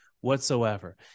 whatsoever